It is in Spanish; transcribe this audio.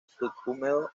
subhúmedo